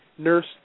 nurse